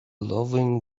loving